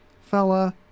fella